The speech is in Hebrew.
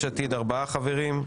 יש עתיד ארבעה חברים,